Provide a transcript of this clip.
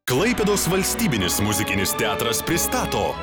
klaipėdos valstybinis muzikinis teatras pristato